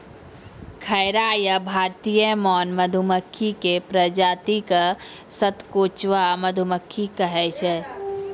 खैरा या भारतीय मौन मधुमक्खी के प्रजाति क सतकोचवा मधुमक्खी कहै छै